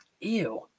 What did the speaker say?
Ew